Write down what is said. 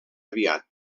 aviat